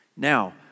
Now